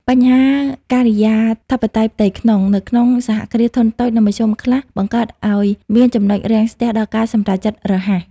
បញ្ហា "ការិយាធិបតេយ្យផ្ទៃក្នុង" នៅក្នុង សហគ្រាសធុនតូច និងមធ្យម ខ្លះ បង្កើតឱ្យមានចំណុចរាំងស្ទះដល់ការសម្រេចចិត្តរហ័ស។